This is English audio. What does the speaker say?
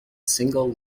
single